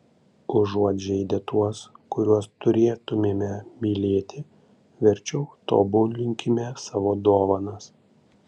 užuot žeidę tuos kuriuos turėtumėme mylėti verčiau tobulinkime savo dovanas